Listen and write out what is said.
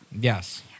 Yes